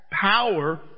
power